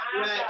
right